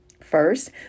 First